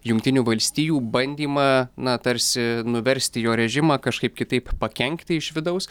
jungtinių valstijų bandymą na tarsi nuversti jo režimą kažkaip kitaip pakenkti iš vidaus